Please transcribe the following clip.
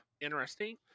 interesting